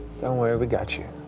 don't worry, we got you.